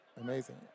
amazing